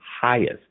highest